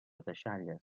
deixalles